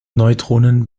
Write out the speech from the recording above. neutronen